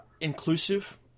inclusive